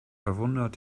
verwundert